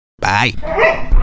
Bye